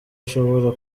ashobora